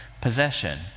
possession